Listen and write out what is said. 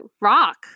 rock